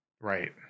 right